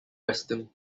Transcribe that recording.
western